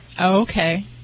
Okay